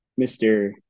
Mr